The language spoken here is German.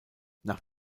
nach